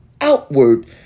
outward